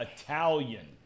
Italian